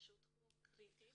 שהוא תחום קריטי